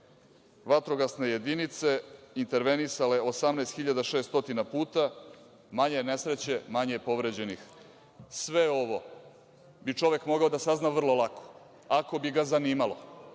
Vatrogasne jedinice intervenisale 18.600 puta. Manje nesreće, manje povređenih. Sve ovo bi čovek mogao da sazna vrlo lako, ako bi ga zanimalo.